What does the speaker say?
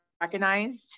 recognized